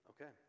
Okay